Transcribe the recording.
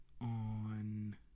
on